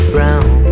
Brown